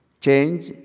Change